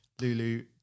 Lulu